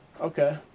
Okay